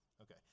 Okay